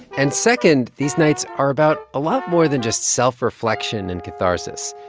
and second, these nights are about a lot more than just self-reflection and catharsis.